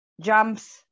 jumps